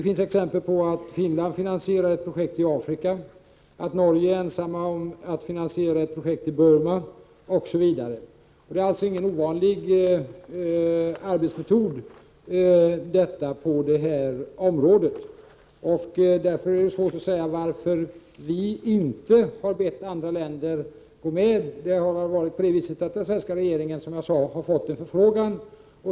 Finland finansierar t.ex. ett projekt i Afrika, Norge är ensamt om att finansiera ett projekt i Burma, osv. Det är alltså ingen ovanlig arbetsmetod på det här området. Därför är det svårt att säga varför vi inte har bett andra länder att gå med. Den svenska regeringen har, som jag sade, fått en förfrågan.